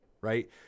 right